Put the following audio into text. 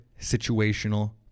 situational